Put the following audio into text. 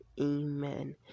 amen